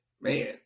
Man